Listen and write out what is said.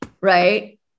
right